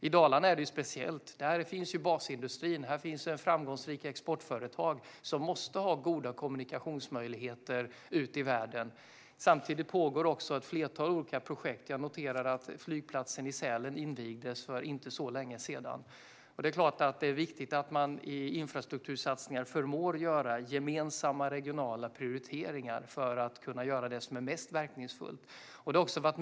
I Dalarna är det speciellt. Där finns ju basindustrin. Där finns framgångsrika exportföretag som måste ha goda kommunikationsmöjligheter ut i världen. Samtidigt pågår också ett flertal olika projekt; jag noterar att flygplatsen i Sälen invigdes för inte så länge sedan. Det är klart att det är viktigt att man i infrastruktursatsningar förmår att göra gemensamma regionala prioriteringar för att kunna göra det som är mest verkningsfullt.